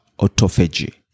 autophagy